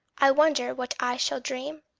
i wonder what i shall dream.